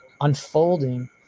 unfolding